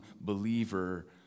believer